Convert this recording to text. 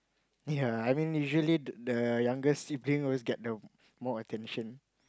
ya I mean usually the younger sibling always get the more attention